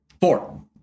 Four